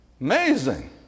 Amazing